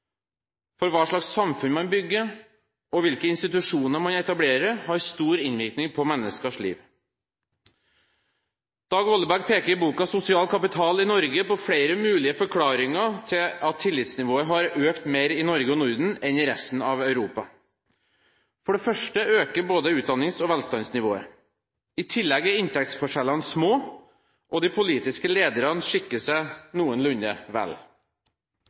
Hva slags samfunn man bygger, og hvilke institusjoner man etablerer, har stor innvirkning på menneskers liv. Dag Wollebæk peker i boken «Sosial kapital i Norge» på flere mulige forklaringer på at tillitsnivået har økt mer i Norge og Norden enn i resten av Europa. For det første øker både utdanningsnivået og velstandsnivået. I tillegg er inntektsforskjellene små, og de politiske lederne skikker seg noenlunde vel.